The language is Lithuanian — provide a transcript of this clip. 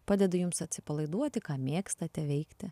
padeda jums atsipalaiduoti ką mėgstate veikti